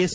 S